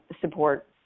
support